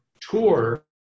tour